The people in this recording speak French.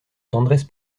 tendresse